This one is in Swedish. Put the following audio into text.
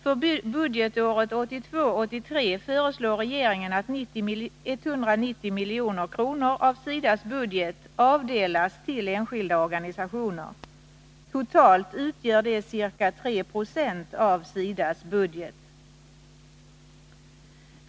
För budgetåret 1982/83 föreslår regeringen att 190 milj.kr. av SIDA:s budget avdelas till enskilda organisationer. Totalt utgör detta ca 3 90 av SIDA:s budget.